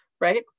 right